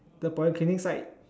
the polyclinic side